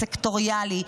הסקטוריאלי,